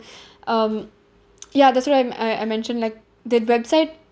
um ya that's why I'm I I mentioned like the website